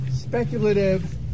speculative